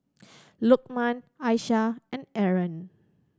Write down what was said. Lokman Aisyah and Aaron